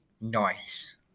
Nice